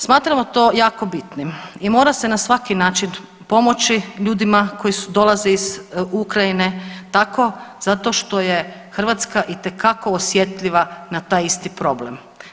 Smatramo to jako bitnim i mora se na svaki način pomoći ljudima koji dolaze iz Ukrajine tako, zato što je Hrvatska itekako osjetljiva na taj isti problem.